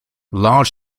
large